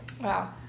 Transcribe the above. Wow